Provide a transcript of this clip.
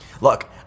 Look